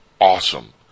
awesome